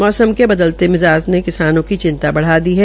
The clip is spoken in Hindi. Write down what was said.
मौसम के बदलते मिजात ने किसानों की चिंता बढ़ा दी है